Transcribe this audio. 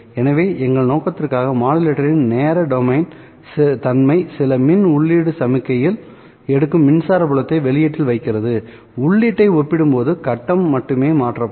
எனவே எங்கள் நோக்கத்திற்காக மாடுலேட்டரின் நேர டொமைன் தன்மை சில மின் உள்ளீட்டு சமிக்ஞையில் எடுக்கும் மின்சார புலத்தை வெளியீட்டில் வைக்கிறது உள்ளீட்டை ஒப்பிடும்போது கட்டம் மட்டுமே மாற்றப்படும்